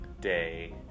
day